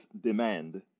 demand